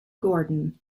gordon